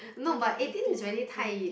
no but eighteen is really 太